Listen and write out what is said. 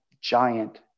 giant